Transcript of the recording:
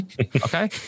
Okay